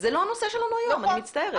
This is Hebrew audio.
זה לא הנושא שלנו היום, אני מצטערת.